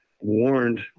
warned